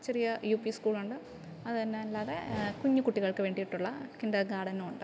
ചെറിയ U P സ്കൂളുണ്ട് അതുതന്നെ അല്ലാതെ കുഞ്ഞ് കുട്ടികൾക്ക് വേണ്ടിയിട്ടുള്ള കിൻഡർഗാർഡൻ ഉണ്ട്